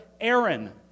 Aaron